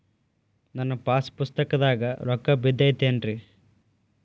ನನ್ನ ಪಾಸ್ ಪುಸ್ತಕದಾಗ ರೊಕ್ಕ ಬಿದ್ದೈತೇನ್ರಿ?